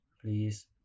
please